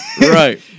right